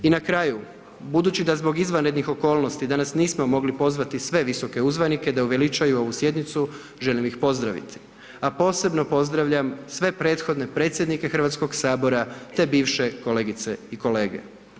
I na kraju, budući da zbog izvanrednih okolnosti danas nismo mogli pozvati sve visoke uzvanike da uveličaju ovu sjednicu, želim ih pozdraviti a posebno pozdravljam sve prethodne predsjednike Hrvatskog sabora te bivše kolegice i kolege.